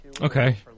Okay